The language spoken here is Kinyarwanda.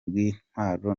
bw’intwaro